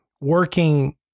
working